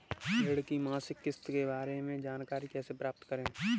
ऋण की मासिक किस्त के बारे में जानकारी कैसे प्राप्त करें?